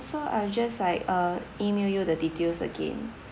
so I'll just like uh email you the details again